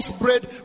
bread